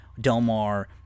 Delmar